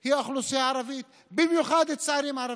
היא האוכלוסייה הערבית, במיוחד צעירים ערבים.